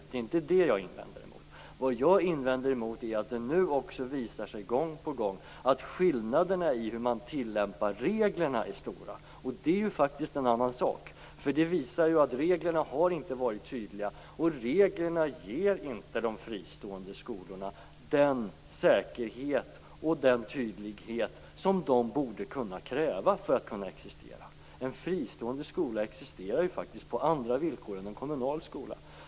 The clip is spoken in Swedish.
Det är inte det som jag invänder mot. Vad jag invänder mot är att det nu också visar sig gång på gång att skillnaderna i hur man tillämpar reglerna är stora. Det är faktiskt en annan sak. Det visar ju att reglerna inte har varit tydliga och att reglerna inte ger de fristående skolorna den säkerhet och den tydlighet som de borde kunna kräva för att kunna existera. En fristående skola existerar faktiskt på andra villkor än en kommunal skola.